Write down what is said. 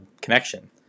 connection